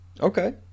Okay